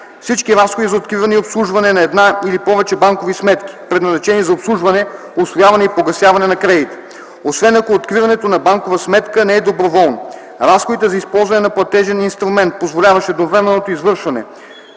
всички разходи за откриване и обслужване на една или повече банкови сметки, предназначени за обслужване (усвояване и погасяване) на кредита, освен ако откриването на банкова сметка не е доброволно, разходите за използване на платежен инструмент, позволяващ едновременното извършване